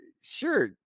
sure